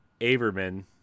Averman